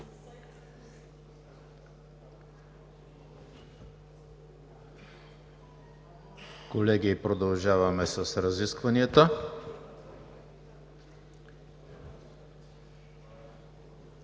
Колеги, продължаваме с разискванията.